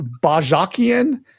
Bajakian